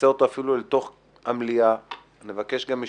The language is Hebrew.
נמשיך אותו אפילו לתוך המליאה,